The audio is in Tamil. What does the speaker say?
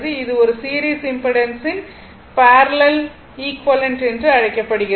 இது ஒரு சீரிஸ் இம்பிடன்ஸின் பேரலல் ஈக்விவலெண்ட் என அழைக்கப்படுகிறது